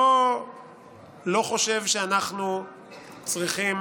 אני לא חושב שאנחנו צריכים